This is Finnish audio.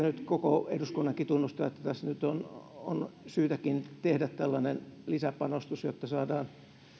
nyt koko eduskunnankin tunnustaa että tässä nyt on syytäkin tehdä tällainen lisäpanostus jotta saadaan